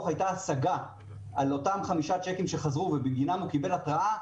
הייתה השגה על אותם חמישה צ'קים שחזרו ובגינם הוא קיבל התראה,